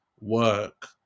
work